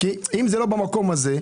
אם זה לא במקום הזה,